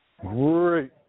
Great